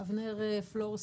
ואבנר פלור,